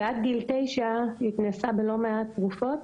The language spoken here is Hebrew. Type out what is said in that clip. ועד גיל תשע התנסה בלא מעט תרופות,